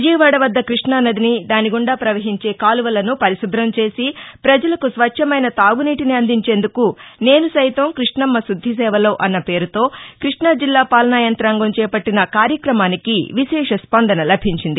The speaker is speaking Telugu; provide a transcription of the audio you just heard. విజయవాడ వద్ద కృష్ణానదిని దానిగుండా పవహించే కాలువలను పరిశుభం చేసి పజలకు స్వచ్చమైన తాగునీటిని అందించేందుకు నేను సైతం కృష్ణమ్మ శుద్ది సేవలో అన్న పేరుతో కృష్ణాజిల్లా పాలనాయంతాంగం చేపట్టిన కార్యక్రమానికి విశేష స్పందన లభించింది